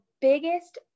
biggest